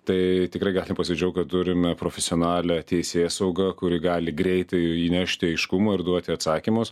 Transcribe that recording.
tai tikrai galim pasidžiaugt kad turime profesionalią teisėsaugą kuri gali greitai įnešti aiškumo ir duoti atsakymus